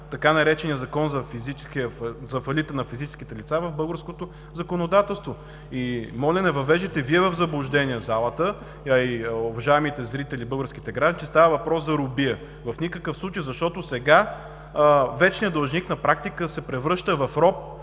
така наречения „Закон за фалита на физическите лица“ в българското законодателство. И моля, не въвеждайте Вие в заблуждение залата, а и уважаемите зрители, българските граждани, че става въпрос за робия. В никакъв случай, защото сега вечният длъжник на практика се превръща в роб